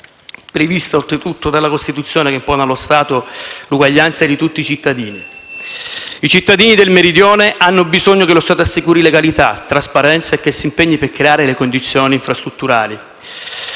prevista oltretutto dalla Costituzione che impone allo Stato l'uguaglianza di tutti i cittadini. I cittadini del Meridione hanno bisogno che lo Stato assicuri legalità e trasparenza e che si impegni per creare le condizioni infrastrutturali